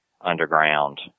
underground